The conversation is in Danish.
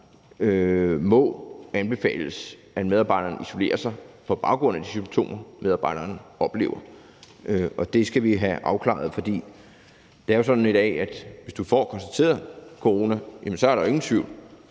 anbefalingen om, at medarbejderen isolerer sig på baggrund af de symptomer, medarbejderen oplever. Det skal vi have afklaret. Det er jo sådan i dag, at hvis du får konstateret corona, er der ingen tvivl.